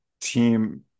team